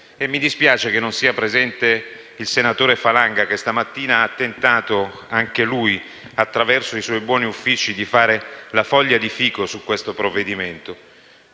E mi dispiace non sia presente in Aula il senatore Falanga, che stamattina ha tentato - anche lui - attraverso i suoi buoni uffici, di fare la foglia di fico su questo provvedimento.